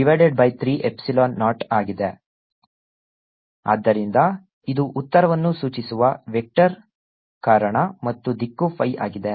When rR S 2Rsinθ30 ಆದ್ದರಿಂದ ಇದು ಉತ್ತರವನ್ನು ಸೂಚಿಸುವ ವೆಕ್ಟರ್ ಕಾರಣ ಮತ್ತು ದಿಕ್ಕು phi ಆಗಿದೆ